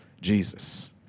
Jesus